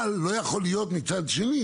אבל לא יכול להיות מצד שני,